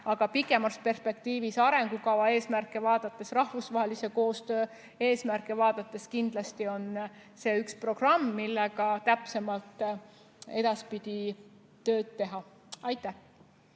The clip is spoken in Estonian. aga pikemas perspektiivis arengukava eesmärke ja rahvusvahelise koostöö eesmärke vaadates kindlasti on see üks programm, millega edaspidi täpsemalt tööd teha. Aivar